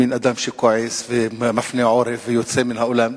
מין אדם שכועס ומפנה עורף ויוצא מן האולם.